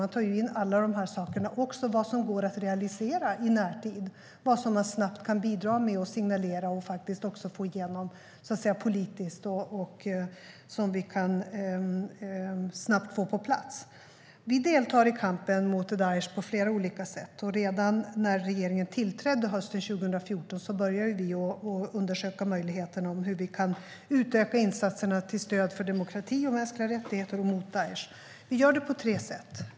Man tar in alla dessa saker och även vad som går att realisera i närtid, vad man snabbt kan bidra med och signalera, vad man faktiskt också kan få igenom politiskt och vad man snabbt kan få på plats. Vi deltar i kampen mot Daish på flera olika sätt. Redan när regeringen tillträdde hösten 2014 började vi undersöka möjligheten att utöka insatserna till stöd för demokrati och mänskliga rättigheter och mot Daish. Vi gör det på tre sätt.